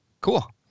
Cool